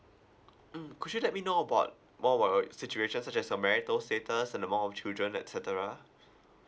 mm could you let me know about more about your situation such as your marital status and the amount of children et cetera